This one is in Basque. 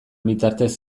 bitartez